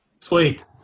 Sweet